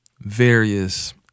various